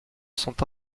sont